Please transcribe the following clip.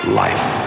life